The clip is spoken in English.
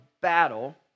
battle